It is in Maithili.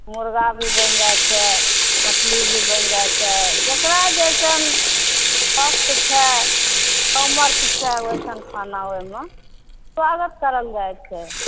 मुर्गा भी बैन जाइ छै मछली भी बैन जाइ छै जेकरा जइसन स्वस्थ छै सामर्थ छै ओइसन खाना ओहिमे स्वागत कयल जाइ छै